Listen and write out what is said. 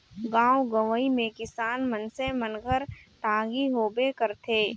गाँव गंवई मे किसान मइनसे मन घर टागी होबे करथे